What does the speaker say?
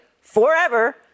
forever